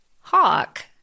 hawk